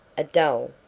a dull,